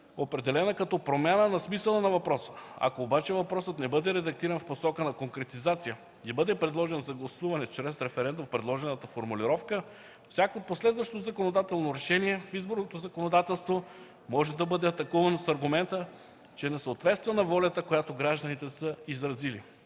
определена като промяна на смисъла на въпроса. Ако обаче въпросът не бъде редактиран в посока на конкретизация и бъде предложен за гласуване чрез референдум в предложената формулировка, всяко последващо законодателно решение в изборното законодателство може да бъде атакувано с аргумента, че не съответства на волята, която гражданите са изразили.